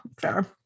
fair